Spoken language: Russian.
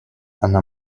она